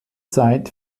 zeit